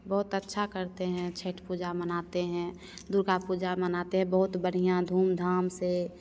बहुत अच्छा करते हैं छठ पूजा मनाते हैं दुर्गा पूजा मनाते हैं बहुत बढ़िया धूम धाम से